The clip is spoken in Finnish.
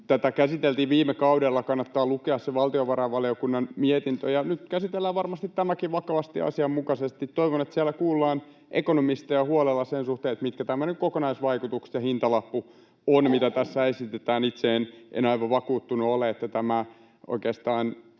Tätä käsiteltiin viime kaudella, kannattaa lukea se valtiovarainvaliokunnan mietintö, ja nyt käsitellään varmasti tämäkin vakavasti ja asianmukaisesti. Toivon, että siellä kuullaan ekonomisteja huolella sen suhteen, mitkä ovat tämmöiset kokonaisvaikutukset ja hintalappu sille, mitä tässä esitetään. Itse en aivan vakuuttunut ole, että tämä oikeastaan